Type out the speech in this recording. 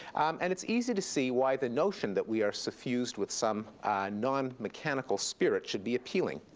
and it's easy to see why the notion that we are suffused with some non-mechanical spirit should be appealing.